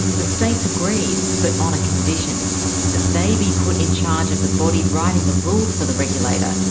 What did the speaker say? the states agreed, but on a condition that they be put in charge of the body writing the rules for the regulator,